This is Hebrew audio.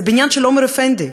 זה בניין של עומר אפנדי,